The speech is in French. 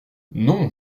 non